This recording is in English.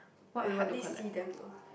I hardly see them though